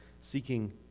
seeking